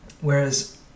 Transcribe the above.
Whereas